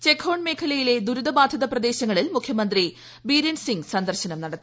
ചെഖോൺ മേഖലയിലെ ദുരിതബാധിത പ്രദേശങ്ങളി മുഖ്യമന്ത്രി ബീരേൻ സിംഗ് സന്ദർശനം നടത്തി